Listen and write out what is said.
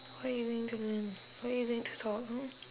what you mean you don't know why you don't want to talk !huh!